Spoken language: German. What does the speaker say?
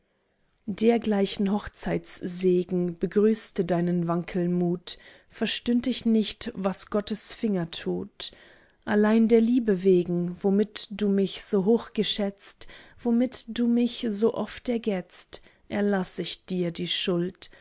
dergleichen hochzeitssegen begrüßte deinen wankelmut verstünd ich nicht was gottes finger tut allein der liebe wegen womit du mich so hochgeschätzt womit du mich so oft ergetzt erlaß ich dir die schuld